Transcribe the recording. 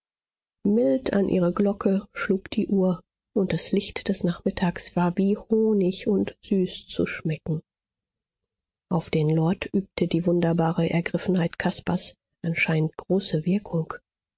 mild an ihre glocke schlug die uhr und das licht des nachmittags war wie honig und süß zu schmecken auf den lord übte die wunderbare ergriffenheit caspars anscheinend große wirkung